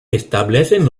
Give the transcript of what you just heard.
establecen